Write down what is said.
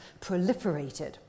proliferated